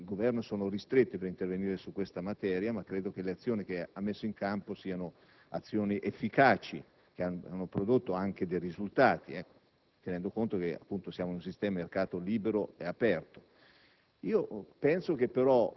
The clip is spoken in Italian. le competenze del Governo siano ristrette per intervenire su questa materia, ma credo che quelle che ha messo in campo siano azioni efficaci, che hanno prodotto anche risultati, tenendo conto che siamo in un sistema di mercato libero e aperto.